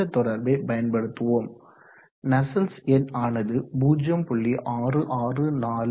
இந்த தொடர்பை பயன்படுத்துவோம் நஸ்சல்ட்ஸ் எண் ஆனது 0